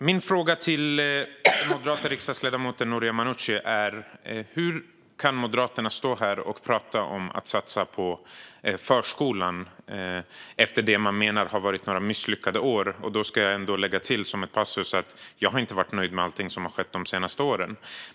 Min fråga till den moderata riksdagsledamoten Noria Manouchi är: Hur kan Moderaterna stå här och prata om att satsa på förskolan efter det man menar har varit några misslyckade år? Jag ska lägga till att jag inte har varit nöjd med allting som har skett de senaste åren.